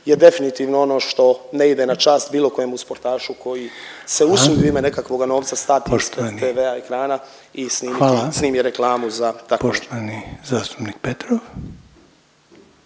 je definitivno ono što ne ide na čast bilo kojemu sportašu koji se usudi u ime nekakvoga novca stati ispred TV-a, ekrana i snimi reklamu za takvo. **Reiner,